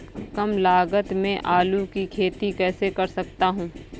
कम लागत में आलू की खेती कैसे कर सकता हूँ?